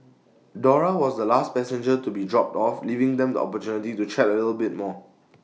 Dora was the last passenger to be dropped off leaving them the opportunity to chat A little bit more